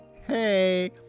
Hey